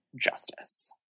justice